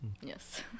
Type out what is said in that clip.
Yes